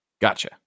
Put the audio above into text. Gotcha